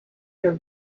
their